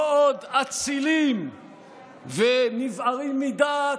לא עוד אצילים ונבערים מדעת,